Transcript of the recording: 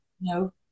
no